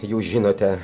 jūs žinote